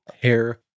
hair